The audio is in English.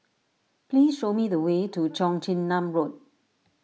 please show me the way to Cheong Chin Nam Road